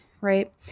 right